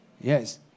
Yes